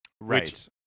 Right